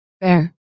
Fair